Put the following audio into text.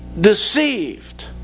deceived